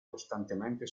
costantemente